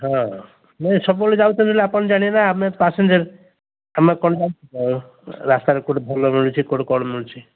ହଁ ନାଇଁ ସବୁବେଳେ ଯାଉଛନ୍ତି ବୋଲେ ଆପଣ ଜାଣିବେ ନା ଆମେ ପାସେଞ୍ଜର ଆମେ କ'ଣ ଜାଣିଛୁ ରାସ୍ତାରେ କେଉଁଠି ଭଲ ମିଳୁଛି କେଉଁଠି କ'ଣ ମିଳୁଛିି